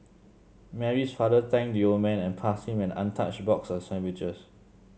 Mary's father thanked the old man and passed him an untouched box of sandwiches